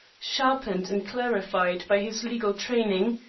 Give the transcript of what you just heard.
sharpened and clarified by his legal training,